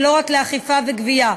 ולא רק לאכיפה וגבייה.